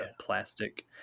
plastic